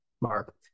Mark